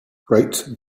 rate